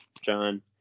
John